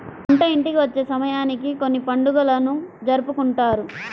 పంట ఇంటికి వచ్చే సమయానికి కొన్ని పండుగలను జరుపుకుంటారు